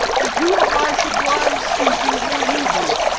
and who of my sublime species may you be?